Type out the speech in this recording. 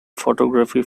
photography